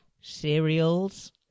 cereals